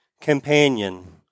companion